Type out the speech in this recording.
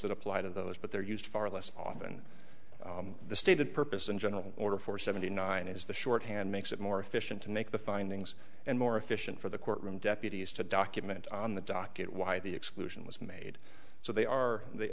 that apply to those but they're used far less often the stated purpose and general order for seventy nine is the shorthand makes it more efficient to make the findings and more efficient for the courtroom deputies to document on the docket why the exclusion was made so they are they